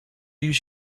use